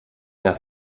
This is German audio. nach